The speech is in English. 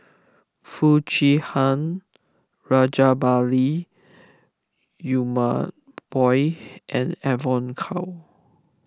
Foo Chee Han Rajabali Jumabhoy and Evon Kow